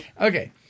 Okay